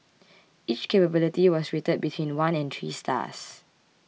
each capability was rated between one and three stars